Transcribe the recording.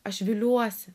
aš viliuosi